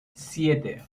siete